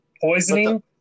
poisoning